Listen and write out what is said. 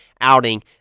outing